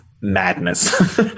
madness